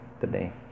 today